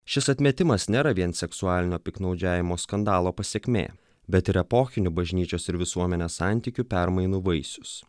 šis atmetimas nėra vien seksualinio piktnaudžiavimo skandalo pasekmė bet ir epochinių bažnyčios ir visuomenės santykių permainų vaisius